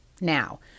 Now